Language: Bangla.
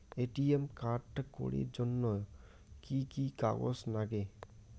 এ.টি.এম কার্ড করির জন্যে কি কি কাগজ নাগে?